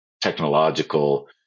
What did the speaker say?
technological